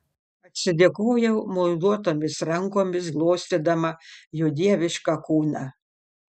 atsidėkojau muiluotomis rankomis glostydama jo dievišką kūną